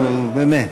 נו, באמת.